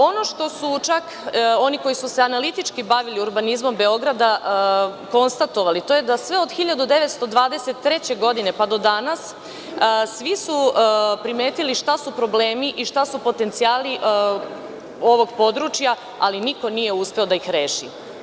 Ono što su čak oni koji su se analitički bavili urbanizmom Beograda konstatovali, to je da sve od 1923. godine do danas svi su primetili šta su problemi i šta su potencijali ovog područja, ali niko nije uspeo da ih reši.